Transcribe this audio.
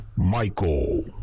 Michael